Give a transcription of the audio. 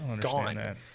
gone